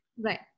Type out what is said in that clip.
Right